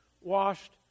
washed